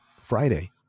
Friday